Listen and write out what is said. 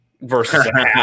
Versus